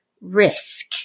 risk